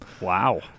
Wow